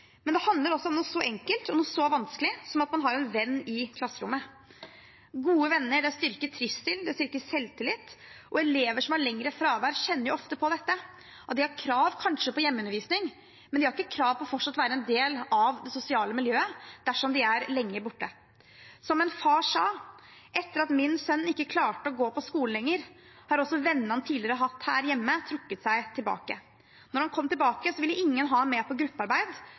Det handler også om noe så enkelt og så vanskelig som at man har en venn i klasserommet. Gode venner styrker trivsel, det styrker selvtillit. Elever som har lengre fravær, kjenner ofte på dette. De har kanskje krav på hjemmeundervisning, men de har ikke krav på fortsatt å være en del av det sosiale miljøet dersom de er lenge borte. Som en far sa: «Etter at min sønn ikke klarte å gå på skolen lenger, har også vennene han tidligere hadde her hjemme trukket seg tilbake.» Faren fortalte videre at etter at sønnen kom tilbake, ville ingen «ha ham med på gruppearbeid,